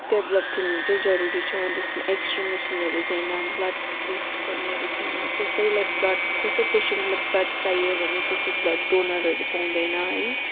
developed हुनु चाहिँ जरुरी छ हो त्यसमा एक्स रे मसिनहरू छैन ब्लड टेस्ट गर्नेहरू छैन कसैलाई ब्लड कसै पेसेन्टलाई ब्लड चाहियो भने कसै ब्लड डोनरहरू पाउँदैन है